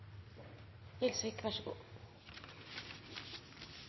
kommune. Vær så